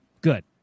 Good